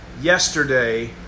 yesterday